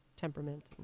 temperament